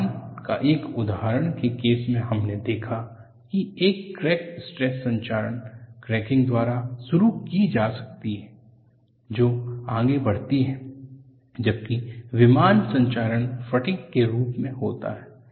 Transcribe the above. विमान के एक उदाहरण के केस मे हमने देखा कि एक क्रैक स्ट्रेस संक्षारण क्रैकिंग द्वारा शुरू की जा सकती है जो आगे बढ़ती है जबकि विमान संक्षारण फटिग के रूप में होता है